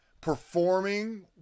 performing